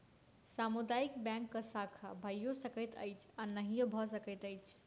सामुदायिक बैंकक शाखा भइयो सकैत अछि आ नहियो भ सकैत अछि